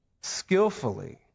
skillfully